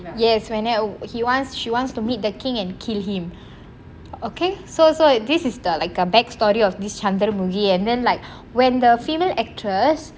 yes we ~ know he wants she wants to meet the king and kill him okay so so this is the like a back story of this Chandramukhi and then like when the female actress